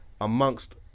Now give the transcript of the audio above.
amongst